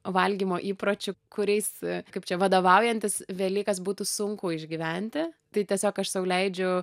valgymo įpročių kuriais kaip čia vadovaujantis velykas būtų sunku išgyventi tai tiesiog aš sau leidžiu